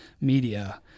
media